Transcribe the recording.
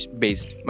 based